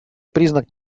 признак